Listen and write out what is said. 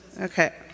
Okay